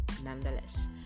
nonetheless